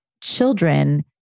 children